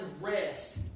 rest